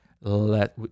Let